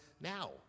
now